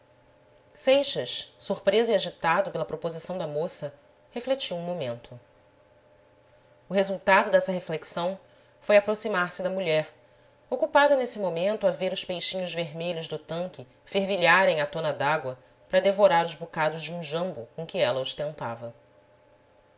seixas surpreso e agitado pela proposição da moça refletiu um momento o resultado dessa reflexão foi aproximar-se da mulher ocupada nesse momento a ver os peixinhos vermelhos do tanque fervilharem à tona dágua para devorar os bocados de um jambo com que ela os tentava